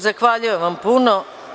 Zahvaljujem vam puno.